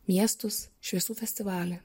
miestus šviesų festivalį